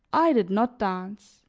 i did not dance,